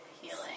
healing